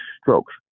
strokes